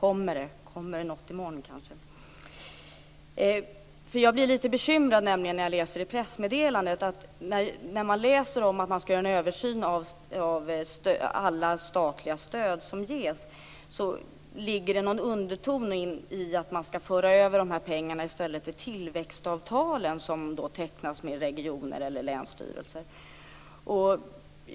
Kommer det kanske något i morgon? Jag blir nämligen lite bekymrad när jag läser i pressmeddelandet att det skall göras en översyn av alla statliga stöd som ges. Det finns då någon underton om att dessa pengar i stället skall föras över till tillväxtavtalen som tecknas med regioner eller länsstyrelser.